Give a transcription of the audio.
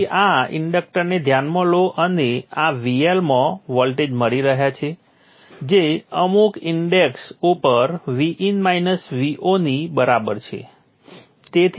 તેથી આ ઇન્ડક્ટરને ધ્યાનમાં લો અને તે આ VL માં વોલ્ટેજ મળી રહ્યા છે જે અમુક ઇન્ડેક્સ ઉપર Vin Vo ની બરાબર છે